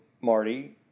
Marty